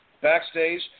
Backstage